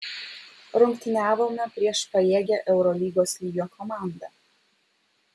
rungtyniavome prieš pajėgią eurolygos lygio komandą